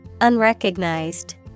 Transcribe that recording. Unrecognized